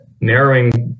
narrowing